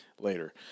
later